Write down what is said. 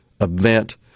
event